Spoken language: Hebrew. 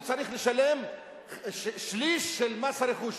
הוא צריך לשלם שליש של מס הרכוש,